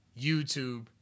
YouTube